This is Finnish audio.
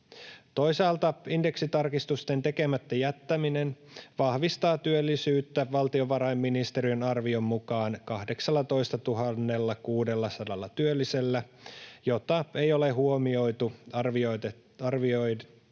Toisaalta indeksitarkistusten tekemättä jättäminen vahvistaa työllisyyttä valtiovarainministeriön arvion mukaan 18 600 työllisellä, jota ei ole huomioitu arvioitaessa